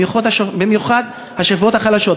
במיוחד השכבות החלשות.